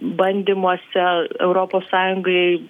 bandymuose europos sąjungai